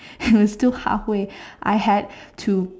and it was still halfway I had to